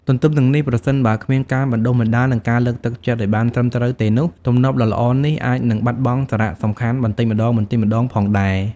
ទទ្ទឹមនឹងនេះ ប្រសិនបើគ្មានការបណ្ដុះបណ្ដាល និងការលើកទឹកចិត្តឲ្យបានត្រឹមត្រូវទេនោះ ទម្លាប់ដ៏ល្អនេះអាចនឹងបាត់បង់សារៈសំខាន់បន្តិចម្ដងៗផងដែរ។